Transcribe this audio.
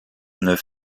neuf